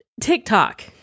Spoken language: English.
TikTok